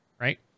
right